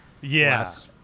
Yes